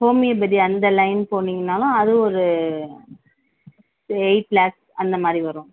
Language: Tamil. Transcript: ஹோமியோபதி அந்த லைன் போனீங்கனாலும் அது ஒரு எயிட் லாக்ஸ் அந்த மாதிரி வரும்